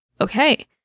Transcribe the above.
Okay